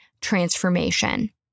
transformation